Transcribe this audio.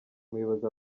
muyobozi